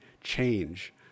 change